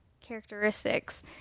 characteristics